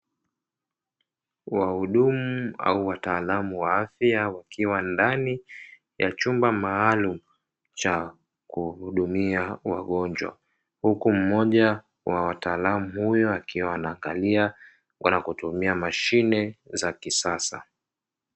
Wahudumu au wataalamu wa afya wakiwa ndani ya chumba maalumu cha kuhudumia wagonjwa. Huku mmoja wa taalamu huyo akiwa anakalia panakaotumia mashine za kisasa.